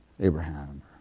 Abraham